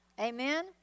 Amen